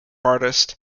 artist